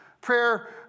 Prayer